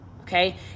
okay